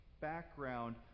background